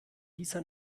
dieser